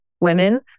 women